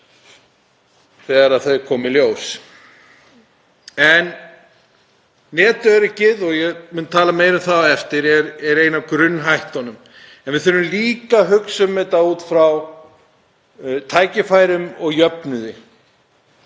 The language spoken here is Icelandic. þegar þau komu í ljós. Netöryggið, og ég mun tala meira um það á eftir, er ein af grunnhættunum. Við þurfum líka að hugsa um þetta út frá tækifærum og jöfnuði.